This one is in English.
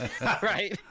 Right